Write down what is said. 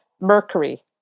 Mercury